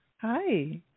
Hi